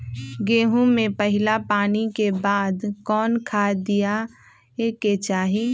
गेंहू में पहिला पानी के बाद कौन खाद दिया के चाही?